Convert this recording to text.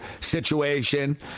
situation